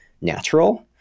natural